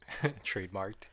trademarked